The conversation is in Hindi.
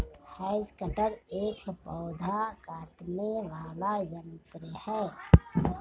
हैज कटर एक पौधा छाँटने वाला यन्त्र है